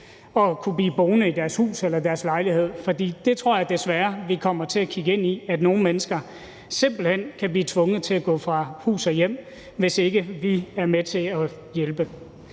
og kunne blive boende i deres hus eller deres lejlighed, for jeg tror desværre, at vi kommer til at kigge ind i, at nogle mennesker simpelt hen kan blive tvunget til at gå fra hus og hjem, hvis ikke vi er med til at hjælpe.